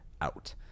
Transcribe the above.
out